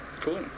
Cool